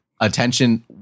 attention